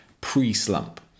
pre-slump